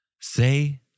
Say